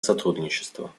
сотрудничество